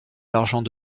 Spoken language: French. l’argent